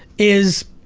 is